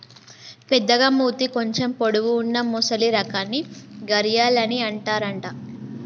పెద్దగ మూతి కొంచెం పొడవు వున్నా మొసలి రకాన్ని గరియాల్ అని అంటారట